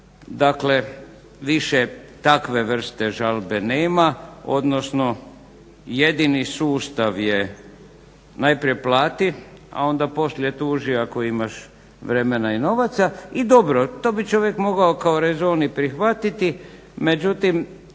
Dakle, više takve vrste žalbe nema, odnosno jedini sustav je najprije plati, a onda poslije tuži ako imaš vremena i novaca. I dobro, to bi čovjek mogao kao rezon i prihvatiti. Međutim,